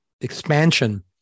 expansion